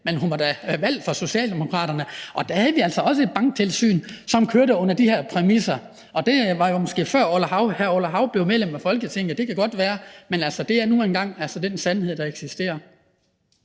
men hun var da valgt for Socialdemokraterne, og da havde vi altså også et banktilsyn, som kørte under de her præmisser. Og det var jo måske, før hr. Orla Hav blev medlem af Folketinget – det kan godt være – men det er altså nu engang den sandhed, der eksisterer.